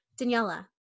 Daniela